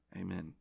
amen